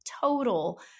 total